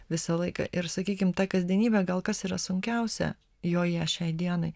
visą laiką ir sakykim ta kasdienybė gal kas yra sunkiausia joje šiai dienai